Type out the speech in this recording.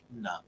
No